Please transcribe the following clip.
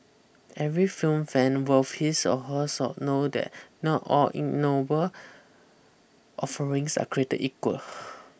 every film fan worth his or her salt know that not all ignoble offerings are create equal